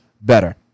better